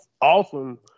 awesome